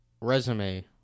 resume